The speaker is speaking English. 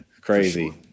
crazy